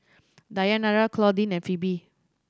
Dayanara Claudine and Phebe